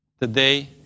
today